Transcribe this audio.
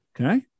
Okay